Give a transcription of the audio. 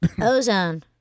Ozone